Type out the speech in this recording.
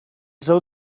seu